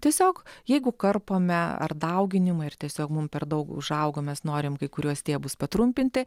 tiesiog jeigu karpome ar dauginimui ar tiesiog mum per daug užaugo mes norim kai kuriuos stiebus patrumpinti